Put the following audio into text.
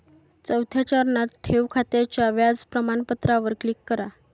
चौथ्या चरणात, ठेव खात्याच्या व्याज प्रमाणपत्रावर क्लिक करा